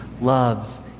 loves